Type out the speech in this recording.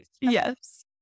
Yes